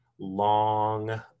long